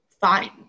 Fine